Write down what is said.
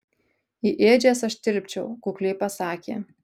į ėdžias aš tilpčiau kukliai pasakė